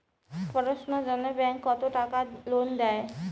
পড়াশুনার জন্যে ব্যাংক কত টাকা লোন দেয়?